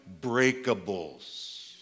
breakables